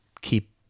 keep